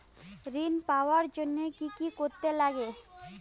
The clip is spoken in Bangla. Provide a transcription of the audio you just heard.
ঋণ পাওয়ার জন্য কি কি করতে লাগে?